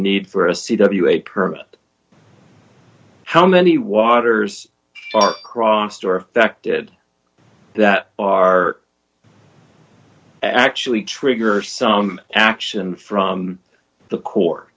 need for a c w a permit how many waters are crossed or affected that are actually trigger some action from the core